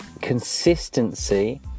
consistency